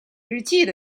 日记